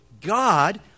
God